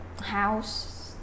house